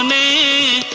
um a